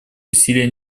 усилия